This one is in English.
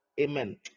Amen